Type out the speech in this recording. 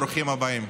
ברוכים הבאים.